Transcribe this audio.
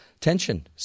tension